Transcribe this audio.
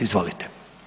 Izvolite.